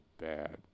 bad